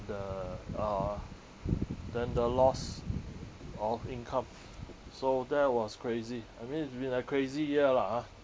the uh than the loss of income so that was crazy I mean it's been a crazy year lah ah